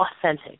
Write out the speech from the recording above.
authentic